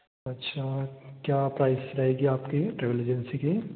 अच्छा क्या प्राइस रहेगी आपकी ट्रैवल एजेंसी की